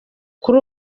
kuri